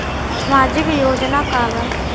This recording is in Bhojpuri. सामाजिक योजना का बा?